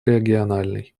региональный